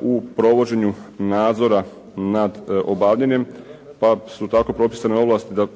u provođenju nadzora nad obavljanjem pa su tako propisane ovlasti da